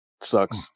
Sucks